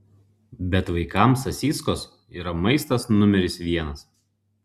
bet vaikams sasyskos yra maistas numeris vienas